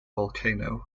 volcano